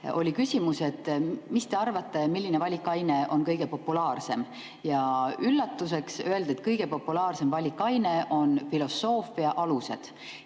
oli küsimus: mis te arvate, milline valikaine on kõige populaarsem? Üllatuseks öeldi, et kõige populaarsem valikaine on filosoofia alused.